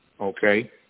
okay